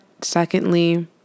secondly